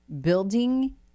building